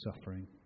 suffering